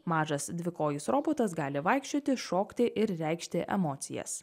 mažas dvikojis robotas gali vaikščioti šokti ir reikšti emocijas